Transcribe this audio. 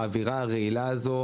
האווירה הרעילה הזו,